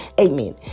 Amen